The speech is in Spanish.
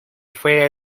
fue